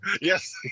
Yes